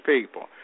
people